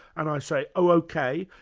and i say, oh, ok,